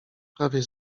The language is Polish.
prawie